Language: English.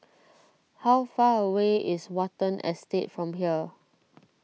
how far away is Watten Estate from here